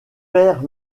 père